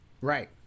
right